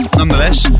nonetheless